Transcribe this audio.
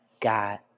God